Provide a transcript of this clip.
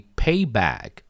payback